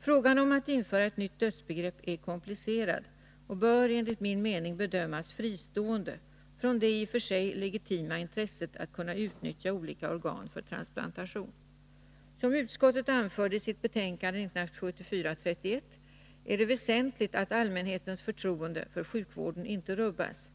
Frågan om att införa ett nytt dödsbegrepp är komplicerad och bör enligt min mening bedömas fristående från det i och för sig legitima intresset att kunna utnyttja olika organ för transplantation. Som utskottet anförde i sitt betänkande 1974:31 är det väsentligt att allmänhetens förtroende för sjukvården inte rubbas.